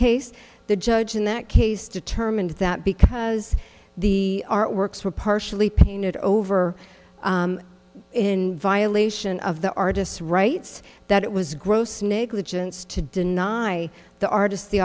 case the judge in that case determined that because the artworks were partially painted over in violation of the artist's rights that it was gross negligence to deny the artist the